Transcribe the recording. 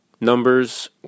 numbers